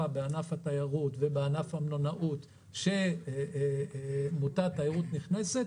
לענף התיירות ולענף המלונאות שהיא מוטת תיירות נכנסת